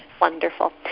wonderful